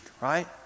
right